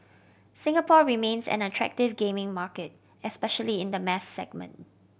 Singapore remains an attractive gaming market especially in the mass segment